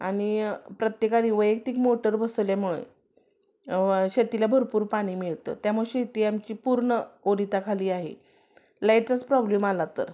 आणि प्रत्येकानी वैयक्तिक मोटर बसवल्यामुळं शेतीला भरपूर पाणी मिळतं त्यामुळं शेती आमची पूर्ण ओलीताखाली आहे लाईटचाच प्रॉब्लेम आला तर